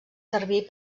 servir